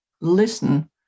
listen